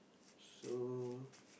so